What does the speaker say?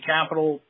Capital